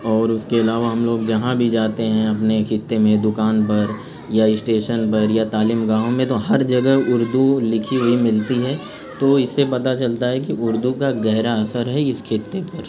اور اس کے علاوہ ہم لوگ جہاں بھی جاتے ہیں اپنے خطے میں دکان پر یا اسٹیشن پر یا تعلیم گاہوں میں تو ہر جگہ اردو لکھی ہوئی ملتی ہے تو اس سے پتہ چلتا ہے کہ اردو کا گہرا اثر ہے اس خطے پر